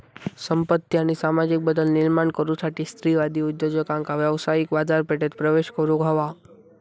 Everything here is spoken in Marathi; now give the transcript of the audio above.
संपत्ती आणि सामाजिक बदल निर्माण करुसाठी स्त्रीवादी उद्योजकांका व्यावसायिक बाजारपेठेत प्रवेश करुक हवा